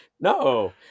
No